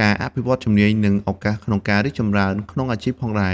ការអភិវឌ្ឍន៍ជំនាញ និងឱកាសក្នុងការរីកចម្រើនក្នុងអាជីពផងដែរ។